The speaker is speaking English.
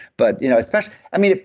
but you know especially, i mean,